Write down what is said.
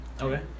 Okay